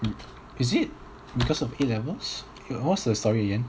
is it because of A levels wait what's the story again